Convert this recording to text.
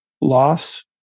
Loss